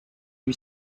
lui